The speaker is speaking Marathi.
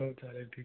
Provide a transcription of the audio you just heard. हो चालेल ठीक आहे